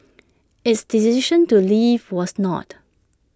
its decision to leave was not